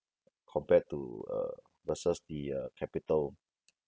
compared to uh versus the uh capital